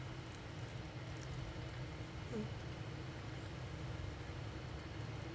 mm